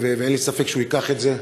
ואין לי ספק שהוא ייקח את זה,